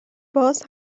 باز